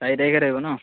চাৰি তাৰিখে ধৰিব ন